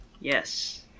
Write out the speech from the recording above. Yes